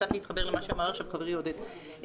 וקצת להתחבר אל מה שאמר עכשיו חברי עודד פורר.